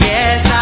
Yes